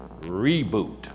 reboot